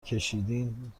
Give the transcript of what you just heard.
کشیدین